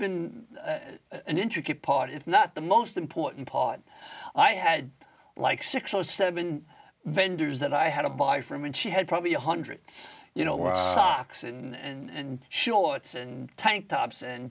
been an intricate part if not the most important part i had like six or seven vendors that i had to buy from and she had probably a hundred you know where socks and shorts and tank tops and